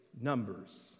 numbers